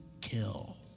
kill